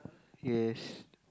yes